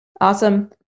Awesome